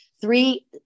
three